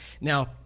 Now